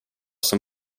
som